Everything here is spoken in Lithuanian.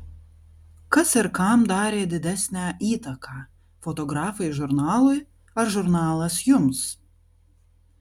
kas ir kam darė didesnę įtaką fotografai žurnalui ar žurnalas jums